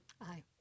Aye